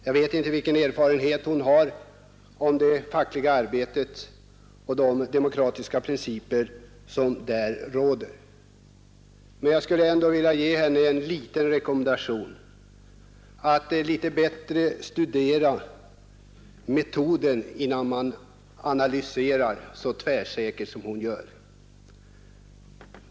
Jag vet inte vilken erfarenhet hon har av det fackliga arbetet och de demokratiska principer som där råder, men jag skulle nog vilja ge henne en liten rekommendation att något mera studera metoder, innan hon analyserar så tvärsäkert som hon gör.